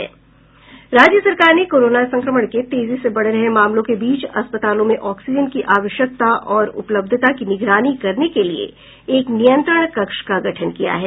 राज्य सरकार ने कोरोना संक्रमण के तेजी से बढ़ रहे मामले के बीच अस्पतालों में ऑक्सीजन की आवश्यकता और उपलब्धता की निगरानी करने के लिए एक नियंत्रण कक्ष का गठन किया है